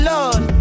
Lord